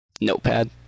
Notepad